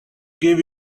give